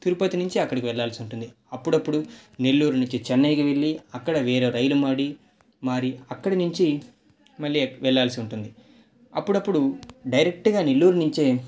తిరుపతి నుంచి అక్కడికి వెళ్ళాల్సి ఉంటుంది అప్పుడప్పుడు నెల్లూరు నుంచి చెన్నైకి వెళ్ళి అక్కడ వేరే రైలు మారి మారి అక్కడ నుంచి మళ్ళీ వెళ్ళాల్సి ఉంటుంది అప్పుడుడప్పుడు డైరెక్ట్గానే నెల్లూరు నుంచే